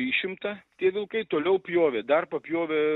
išimta tie vilkai toliau pjovė dar papjovė